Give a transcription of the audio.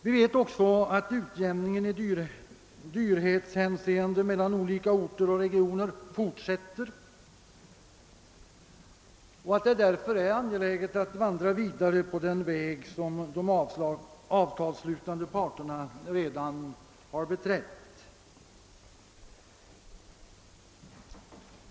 Vi vet också att utjämningen i dyrortshänseende mellan olika orter och regioner fortsätter, och det är därför angeläget att vandra vidare på den väg som de avtalsslutande parterna redan har beträtt.